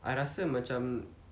I rasa macam